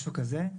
משהו כזה.